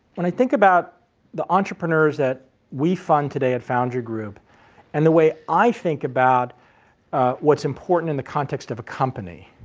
when i think about the entrepreneurs that we fund today at foundry group and the way i think about what's important in the context of a company.